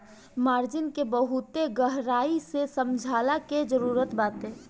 margin के बहुते गहराई से समझला के जरुरत बाटे